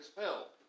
help